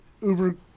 Uber